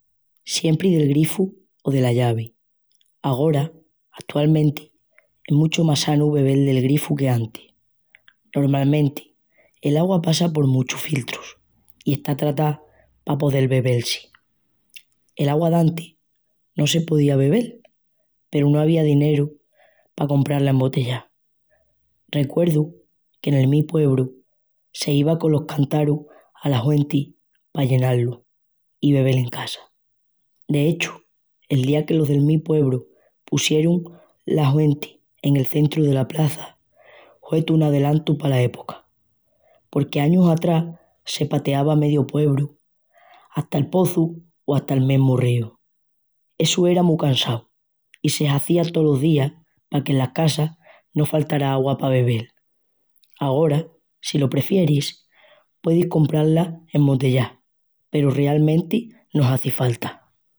Siempri del grifu o dela llavi. Agora, atualmenti, es muchu más sanu bebel del grifu qu'antis. Normalmenti, l'agua passa por muchus filtrus i está tratá pa podel bebel-si. L'agua d'antis no se podía bebel, peru no avía dineru pa comprá-la embotellá. Recuerdu que nel mi puebru s'iva conos cántarus alas huentis pa llená-lus i bebel en casa. De hechu, el día que los del mi puebru pusiorin la huenti nel centru dela plaça, hue tó un adelantu pala época. Porque añus atrás se pateava mediu puebru ata'l pozu o ata el mesmu ríu. Essu era mu cansau i se hazía tos los días paque enas casas no faltara agua pa bebel. Agora, si lo prefieris, puedis comprá-ala embotellá, peru realmenti no hazi falta.